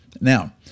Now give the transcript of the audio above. Now